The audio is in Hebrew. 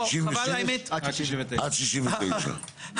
66 עד 69. האמת,